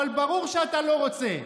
ברור שאתה לא רוצה.